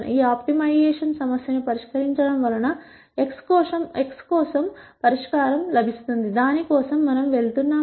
ఈ ఆప్టిమైజేషన్ సమస్యను పరిష్కరించడం వలన x కోసం పరిష్కారం లభిస్తుంది దాని కోసం మనం వెళ్తున్నాము